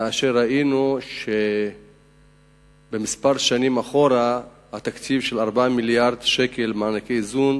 כאשר ראינו שבמספר שנים אחורה התקציב של 4 מיליארדי שקלים מענקי איזון